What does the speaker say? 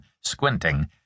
squinting